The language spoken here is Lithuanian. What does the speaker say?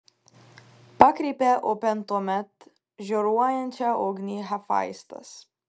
pakreipė upėn tuomet žioruojančią ugnį hefaistas